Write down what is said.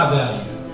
value